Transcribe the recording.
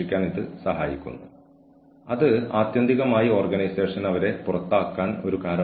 നമ്മുടെ നർമ്മബോധം വളരെ മികച്ചതാണെന്ന് പലപ്പോഴും ഞങ്ങൾ കരുതുന്നു അത് സാഹചര്യം മെച്ചപ്പെടുത്താൻ സഹായിക്കും